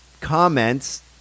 comments